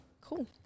cool